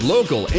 Local